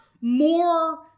more